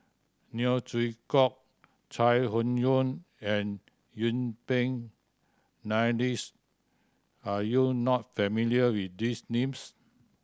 Neo Chwee Kok Chai Hon Yoong and Yuen Peng McNeice are you not familiar with these names